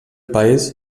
país